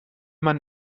man